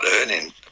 earning